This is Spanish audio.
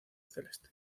celeste